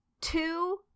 two